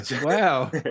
wow